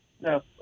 No